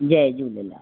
Jay Jhulelal